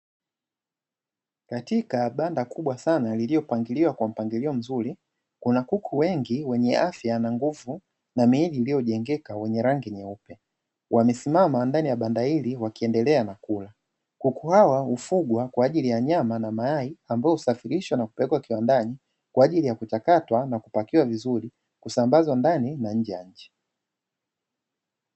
katika banda kubwa sana lililopangiliwa kwa mpangilio mzuri kuna kuku wengi wenye afya na nguvu na miili iliyojengeka yenye rangi nyeupe. Wamesimama ndani ya banda hili wakiendelea na kula kuku hawa hufugwa kwaajili ya nyama na mayai, ambayo husafirishwa na kupelekw kiwandani kwaajili ya kuchakatwa na kupakiwa vizuri kusambazwa ndani na nje ya nchi.